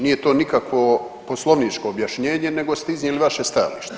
Nije to nikakvo poslovničko objašnjenje, nego ste iznijeli vaše stajalište.